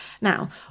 Now